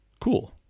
Cool